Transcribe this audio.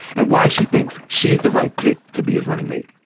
and why she thinks she's the right pick to be his running mate.